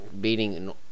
beating